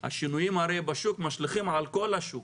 השינויים בשוק משליכים על כל השוק.